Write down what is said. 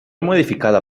modificada